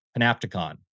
Panopticon